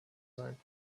sein